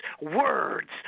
words